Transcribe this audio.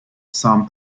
some